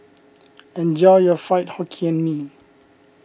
enjoy your Fried Hokkien Mee